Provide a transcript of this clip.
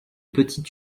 petits